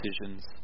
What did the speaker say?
decisions